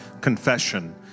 confession